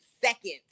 seconds